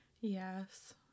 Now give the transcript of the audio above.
Yes